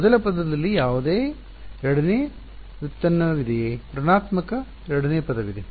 ಮೊದಲ ಪದದಲ್ಲಿ ಯಾವುದೇ ಎರಡನೇ ವ್ಯುತ್ಪನ್ನವಿದೆಯೇ ಋಣಾತ್ಮಕ ಎರಡನೇ ಪದವಿದೆ